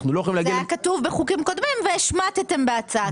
אנחנו לא יכולים --- זה היה כתוב בחוקים קודמים והשמטתם בהצעת החוק.